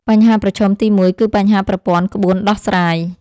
បញ្ហាប្រឈមទី១ គឺបញ្ហាប្រព័ន្ធក្បួនដោះស្រាយ ។